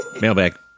Mailbag